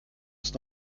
ist